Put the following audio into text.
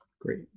Great